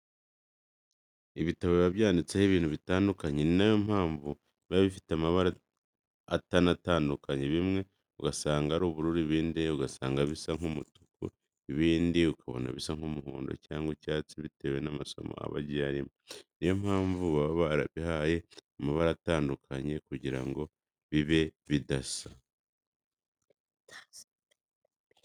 Ibitabo biba byanditsemo ibintu bitandukanye, ni nayo mpamvu biba bifite amabara atanadukanye, bimwe ugasanga ni ubururu, ibindi ugasanga bisa nk'umutuku, ibindi ukabona bisa nk'umuhondo cyangwa icyatsi bitewe n'amasomo aba agiye arimo. Niyo mpamvu baba barabihaye amabara atandukanye kugira ngo bibe bidasa.